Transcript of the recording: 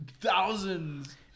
thousands